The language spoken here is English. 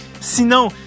Sinon